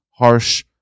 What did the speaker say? harsh